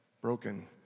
broken